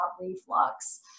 reflux